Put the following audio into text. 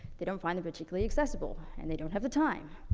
they don't find them particularly accessible, and they don't have the time,